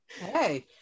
Hey